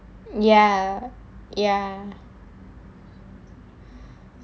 ya ya